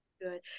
Good